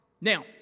Now